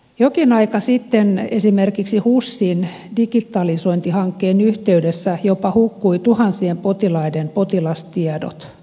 jokin aika sitten esimerkiksi husin digitalisointihankkeen yhteydessä hukkui jopa tuhansien potilaiden potilastiedot